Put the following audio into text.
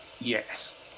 Yes